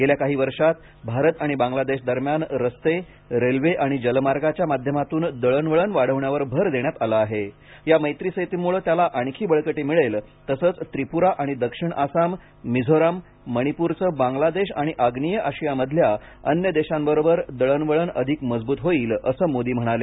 गेल्या काही वर्षात भारत आणि बांगला देश दरम्यान रस्ते रेल्वे आणि जलमार्गाच्या माध्यमातून दळण वळण वाढवण्यावर भर देण्यात आला आहे या मैत्री सेतूमुळे त्याला आणखी बळकटी मिळेल तसंच त्रिपुरा आणि दक्षिण आसाम मिझोरम मणिपूरचं बांगलादेश आणि आग्नेय आशियामधल्या अन्य देशांबरोबर दळण वळण अधिक मजबूत होईल असं मोदी म्हणाले